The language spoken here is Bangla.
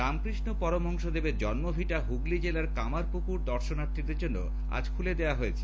রামকৃষ্ণ পরমহংস দেবের জন্মভিটা হুগলী জেলার কামারপুকুর দর্শনার্থীদের জন্য আজ খুলে দেওয়া হয়েছে